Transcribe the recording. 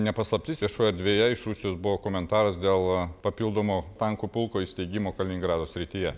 ne paslaptis viešoje erdvėje iš rusijos buvo komentaras dėl papildomo tankų pulko įsteigimo kaliningrado srityje